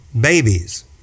babies